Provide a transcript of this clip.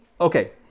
Okay